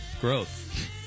Growth